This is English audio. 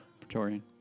Praetorian